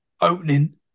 opening